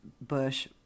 Bush